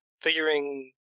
figuring